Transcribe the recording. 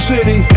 City